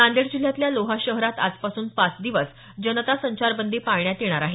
नांदेड जिल्ह्यातल्या लोहा शहरात आजपासून पाच दिवस जनता संचारबंदी पाळण्यात येणार आहे